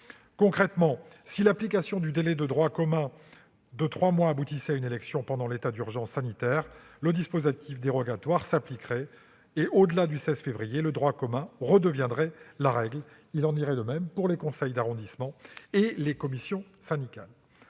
Concrètement, si l'application du délai de droit commun de trois mois aboutissait à l'organisation d'une élection pendant l'état d'urgence sanitaire, le dispositif dérogatoire s'appliquerait. Au-delà du 16 février, le droit commun redeviendrait la règle. Il en irait de même pour les conseils d'arrondissement et les commissions syndicales.